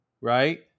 right